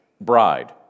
bride